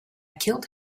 killed